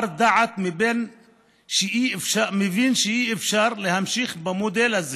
בר-דעת מבין שאי-אפשר להמשיך במודל הזה